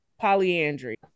polyandry